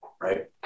right